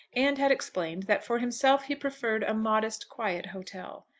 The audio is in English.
and had explained that for himself he preferred a modest, quiet hotel.